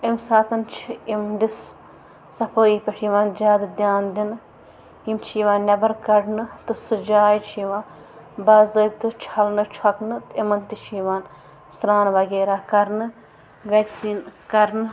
اَمہِ ساتَن چھِ یِہِنٛدِس صفٲیی پٮ۪ٹھ یِوان زیادٕ دھیان دِنہٕ یِم چھِ یِوان نٮ۪بَر کَڑنہٕ تہٕ سُہ جاے چھِ یِوان باضٲبطہٕ چھَلنہٕ چھۄکنہٕ تہٕ یِمَن تہِ چھِ یِوان سرٛان وغیرہ کَرنہٕ وٮ۪کسیٖن کرنہٕ